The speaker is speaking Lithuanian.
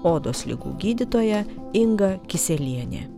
odos ligų gydytoja inga kisielienė